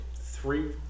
Three